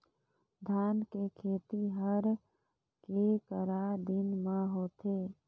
धान के खेती हर के करा दिन म होथे?